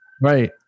Right